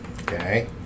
Okay